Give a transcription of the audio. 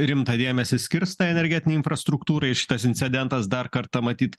rimtą dėmesį skirs tai energetinei infrastruktūrai šitas incidentas dar kartą matyt